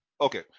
okay